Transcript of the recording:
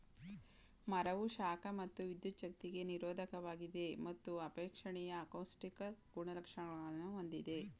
ಮರವು ಶಾಖ ಮತ್ತು ವಿದ್ಯುಚ್ಛಕ್ತಿಗೆ ನಿರೋಧಕವಾಗಿದೆ ಮತ್ತು ಅಪೇಕ್ಷಣೀಯ ಅಕೌಸ್ಟಿಕಲ್ ಗುಣಲಕ್ಷಣಗಳನ್ನು ಹೊಂದಿದೆ